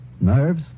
Nerves